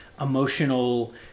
emotional